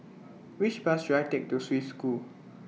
Which Bus should I Take to Swiss School